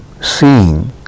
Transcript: seeing